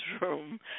room